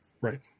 Right